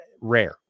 rare